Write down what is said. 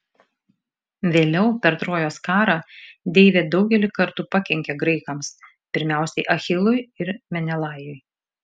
vėliau per trojos karą deivė daugelį kartų pakenkė graikams pirmiausiai achilui ir menelajui